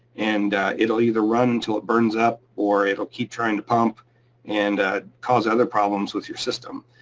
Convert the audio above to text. and it'll either run until it burns up, or it'll keep trying to pump and cause other problems with your system.